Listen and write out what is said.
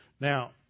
Now